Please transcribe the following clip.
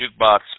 Jukebox